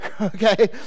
okay